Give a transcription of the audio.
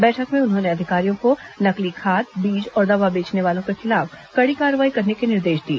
बैठक में उन्होंने अधिकारियों को नकली खाद बीज और दवा बेचने वालों के खिलाफ कड़ी कार्रवाई करने के निर्देश दिए